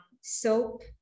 soap